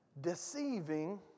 deceiving